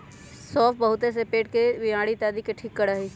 सौंफ बहुत से पेट के बीमारी इत्यादि के ठीक करा हई